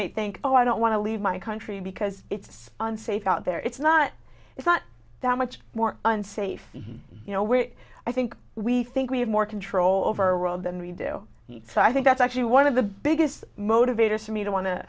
may think oh i don't want to leave my country because it's unsafe out there it's not it's not that much more unsafe you know where i think we think we have more control over our world than we do so i think that's actually one of the biggest motivators for me to wan